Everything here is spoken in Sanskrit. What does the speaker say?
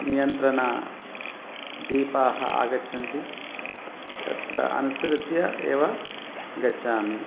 नियन्त्रण दीपाः आगच्छन्ति तत्र अनुसृत्य एव गच्छामि